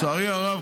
לצערי הרב,